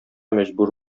мәҗбүр